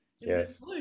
Yes